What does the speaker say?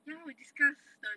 ya lor we discuss the